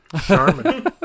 Charmin